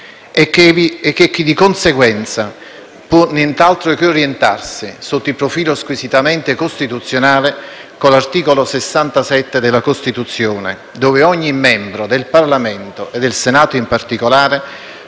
e che, di conseguenza, può nient'altro che orientarsi, sotto il profilo squisitamente costituzionale, con l'articolo 67 della Costituzione, dove ogni membro del Parlamento, e del Senato in particolare,